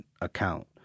account